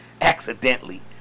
Accidentally